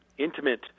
intimate